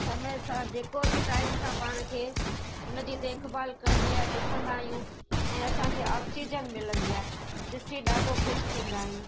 समय सां जेको बि टाइम सां पाण खे उन जी देखभाल करिणी आहे ॾिसंदा आहियूं ऐं असांखे ऑक्सीजन मिलंदी आहे ॾिसी ॾाढो ख़ुशि थींदा आहियूं